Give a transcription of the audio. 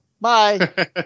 Bye